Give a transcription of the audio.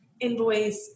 invoice